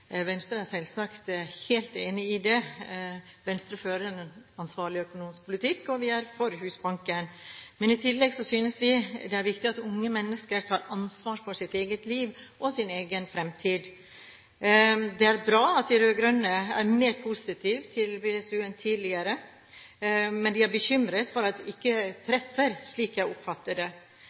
Venstre er selvsagt helt enig i det. Venstre fører en ansvarlig økonomisk politikk, og vi er for Husbanken. I tillegg synes vi det er viktig at unge mennesker tar ansvar for sitt eget liv og sin egen fremtid. Det er bra at de rød-grønne er mer positive til BSU-ordningen enn tidligere, men de er bekymret for at det ikke treffer, slik jeg oppfatter det.